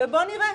בואו נראה.